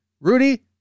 Rudy